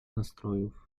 nastrojów